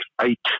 eight